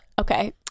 okay